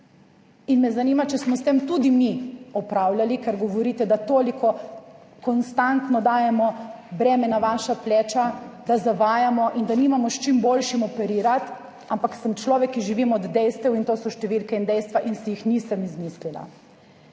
In me zanima, če smo s tem tudi mi opravljali, ker govorite, da toliko konstantno dajemo breme na vaša pleča, da zavajamo, in da nimamo s čim boljšim operirati, ampak sem človek, ki živim od dejstev in to so številke in dejstva in si jih nisem izmislila.